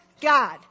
God